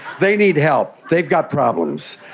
they need help, they've got problems.